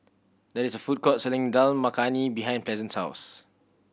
there is a food court selling Dal Makhani behind Pleasant's house